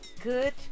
Good